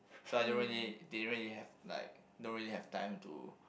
so I don't really didn't really have like don't really have time to